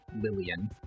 Lillian